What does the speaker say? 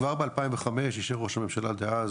כבר ב-2005 אישור רוה"מ דאז,